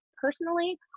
Personally